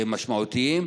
שהן משמעותיות.